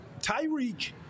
Tyreek